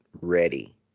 ready